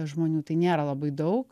žmonių tai nėra labai daug